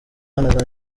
azana